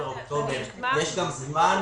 אני מזכיר,